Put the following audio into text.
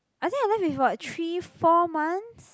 I think I left with what three four months